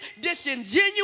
disingenuous